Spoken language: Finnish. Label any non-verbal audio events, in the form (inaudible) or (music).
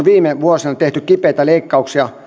viime vuosina tehty kipeitä leikkauksia (unintelligible)